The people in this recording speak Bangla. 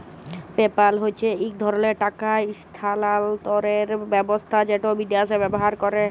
পেপ্যাল হছে ইক ধরলের টাকা ইসথালালতরের ব্যাবস্থা যেট বিদ্যাশে ব্যাভার হয়